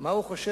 מה הוא חושב